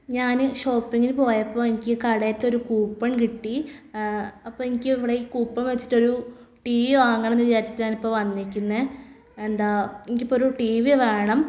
ഞാൻ ഷോപ്പിങ്ങിനു പോയപ്പോൾ എനിക്കു കടെത്തൊരു കൂപ്പൺ കിട്ടി അപ്പം എനിക്ക് എവിടെ ഈ കൂപ്പൺ വെച്ചിട്ടൊരു ടി വി വാങ്ങണോയെന്നു വിചാരിച്ചിട്ടാണ് ഇപ്പം വന്നിരിക്കുന്നത് എന്താ എനിക്ക് ഇപ്പോൾ ഒരു ടി വി വേണം